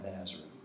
Nazareth